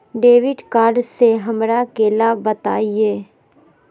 Debit card से हमरा के लाभ बताइए?